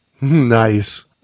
Nice